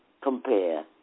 compare